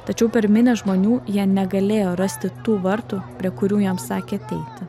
tačiau per minią žmonių jie negalėjo rasti tų vartų prie kurių jam sakė ateiti